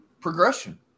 progression